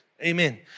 Amen